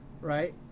Right